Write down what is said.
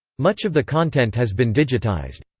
much of the content has been digitized.